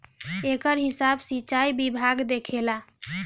एकर हिसाब सिंचाई विभाग देखेला